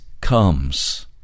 comes